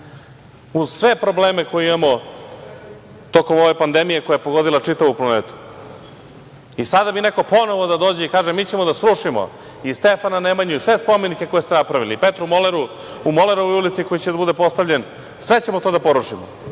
uz sve probleme koje imamo tokom ove pandemije koja je pogodila čitavu planetu. Sada bi neko ponovo da dođe i da kaže – mi ćemo da srušimo i Stefana Nemanju i sve spomenike koje ste napravili. I Petru Moleru u Molerovoj ulici, koji će da bude postavljen, sve ćemo to da porušimo.